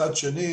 מצד שני,